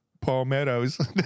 palmettos